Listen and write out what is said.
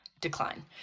decline